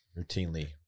routinely